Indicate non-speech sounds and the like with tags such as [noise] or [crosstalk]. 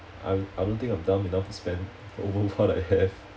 I I don't think I'm dumb enough to spend over [laughs] what I have